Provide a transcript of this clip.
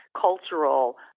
cultural